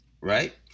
right